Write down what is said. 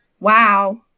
Wow